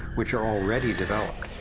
which are already developed,